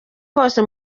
hose